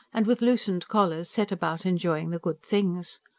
and with loosened collars set about enjoying the good things.